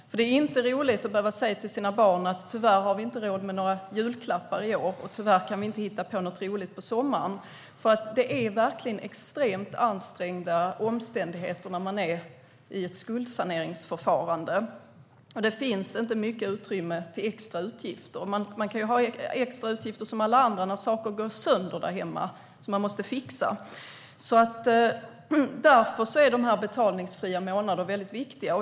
Det är inte roligt att behöva säga till sina barn: Tyvärr har vi inte råd med några julklappar i år, och tyvärr kan vi inte hitta på något roligt i sommar. Det är verkligen extremt ansträngda omständigheter när man är i ett skuldsaneringsförfarande. Det finns inte mycket utrymme för extra utgifter. Man kan ha extra utgifter som alla andra, till exempel när saker går sönder där hemma som man måste fixa. Därför är de betalningsfria månaderna viktiga.